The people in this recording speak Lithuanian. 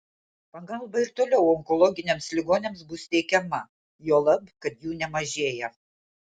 pagalba ir toliau onkologiniams ligoniams bus teikiama juolab kad jų nemažėja